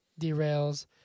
derails